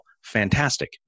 Fantastic